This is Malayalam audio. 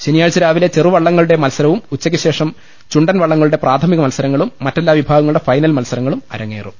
ശനിയാഴ്ച രാവിലെ ചെറുവള്ളങ്ങളുടെ മത്സരവും ഉച്ചയ്ക്ക് ശേഷം ചുണ്ടൻ വള്ളങ്ങളുടെ പ്രാഥമിക മത്സരങ്ങളും മറ്റെല്ലാ വിഭാഗങ്ങളുടെ ഫൈനൽ മത്സരങ്ങളും അരങ്ങേറും